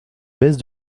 bèze